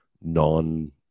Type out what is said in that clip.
non-